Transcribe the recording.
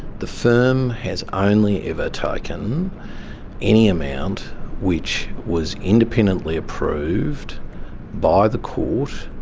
the firm has only ever taken any amount which was independently approved by the court,